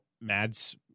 mads